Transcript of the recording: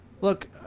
look